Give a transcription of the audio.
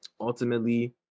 ultimately